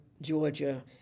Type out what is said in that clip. Georgia